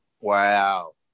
wow